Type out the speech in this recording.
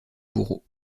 bourreau